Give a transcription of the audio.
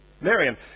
Miriam